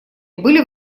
были